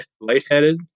lightheaded